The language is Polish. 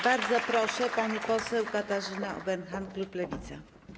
Bardzo proszę, pani poseł Katarzyna Ueberhan, klub Lewica.